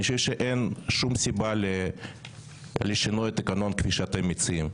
אני חושב שאין שום סיבה לשינוי התקנון כפי שאתם מציעים.